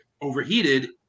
overheated